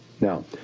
Now